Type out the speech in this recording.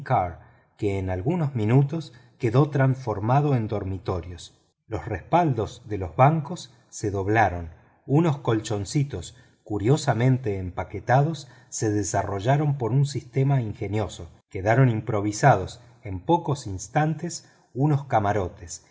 que en algunos minutos queda transformado en dormitorio los respaldos de los bancos se doblaron unos colchoncitos curiosamente empaquetados se desarrollaron por un sistema ingenioso quedaron improvisados en pocos instantes unos camarotes